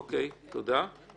אוקיי, תודה.